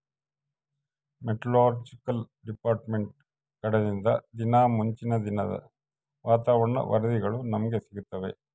meteorological department ಕಡೆಲಿಂದ ದಿನಾ ಮುಂಚಿನ ದಿನದ ವಾತಾವರಣ ವರದಿಗಳು ನಮ್ಗೆ ಸಿಗುತ್ತವ